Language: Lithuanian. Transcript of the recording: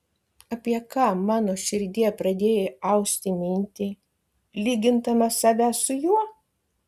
apie ką mano širdie pradėjai austi mintį lygindama save su juo